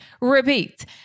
repeat